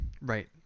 Right